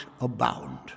abound